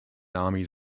armies